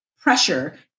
pressure